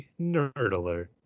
Nerdler